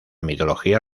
mitología